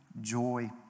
joy